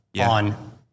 on